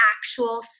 actual